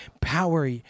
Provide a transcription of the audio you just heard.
Power